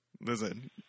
Listen